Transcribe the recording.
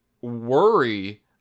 worry